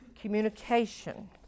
Communication